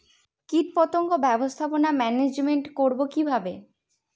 কীটপতঙ্গ ব্যবস্থাপনা ম্যানেজমেন্ট করব কিভাবে?